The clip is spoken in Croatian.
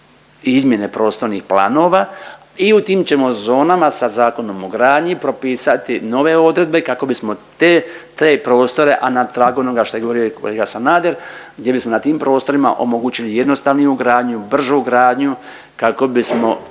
izmjene prostornih planova i u tim ćemo zonama sa Zakonom o gradnji propisati nove odredbe kako bismo te prostore, a na tragu onoga što je govorio i kolega Sanader gdje bismo na tim prostorima omogućili jednostavniju gradnju, bržu gradnju kako bismo